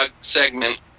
segment